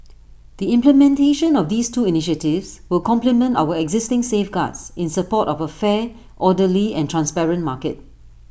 the implementation of these two initiatives will complement our existing safeguards in support of A fair orderly and transparent market